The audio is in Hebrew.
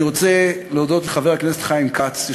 אני רוצה להודות לחבר הכנסת חיים כץ,